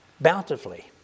bountifully